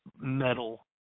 metal